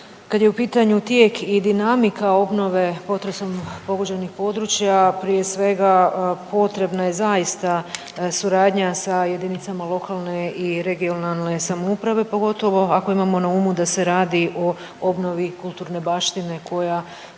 kad je u pitanju tijek i dinamika obnove potresom pogođenih područja prije svega potrebna je zaista suradnja sa jedinicama lokalne i regionalne samouprave, pogotovo ako imamo na umu da se radi o obnovi kulturne baštine koja